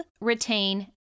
retain